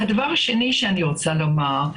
הדבר השני שאני רוצה לומר: